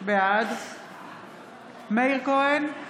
בעד מאיר כהן,